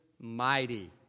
mighty